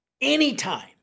Anytime